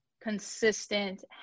consistent